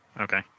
okay